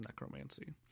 necromancy